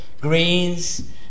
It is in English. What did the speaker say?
greens